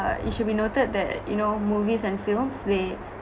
uh it should be noted that you know movies and films they